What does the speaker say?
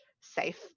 safe